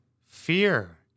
fear